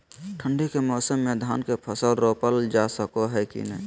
ठंडी के मौसम में धान के फसल रोपल जा सको है कि नय?